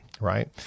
right